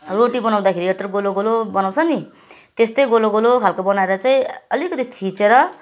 रोटी बनाउँदाखेरि यत्रो गोलो गोलो बनाउँछ नि त्यस्तै गोलो गोलो खालको बनाएर चाहिँ अलिकति थिचेर